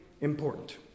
important